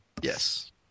Yes